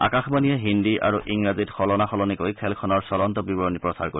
আকাশবাণীয়ে হিন্দী আৰু ইংৰাজীত সলনাসলনিকৈ খেলখনৰ চলন্ত বিৱৰণী প্ৰচাৰ কৰিব